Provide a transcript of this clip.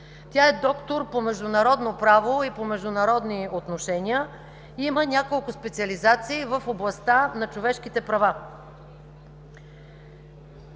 Тя е доктор по „Международно право” и по „Международни отношения” и има няколко специализации в областта на „Човешките права”.